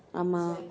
ஆமாம்:aamaam